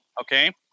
Okay